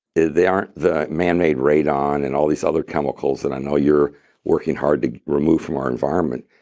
they aren't the man-made radon and all these other chemicals that i know you're working hard to remove from our environment.